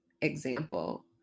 example